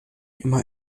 immer